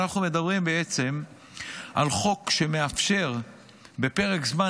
אנחנו מדברים בעצם על חוק שמאפשר בפרק זמן